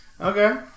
Okay